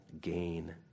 gain